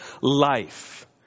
life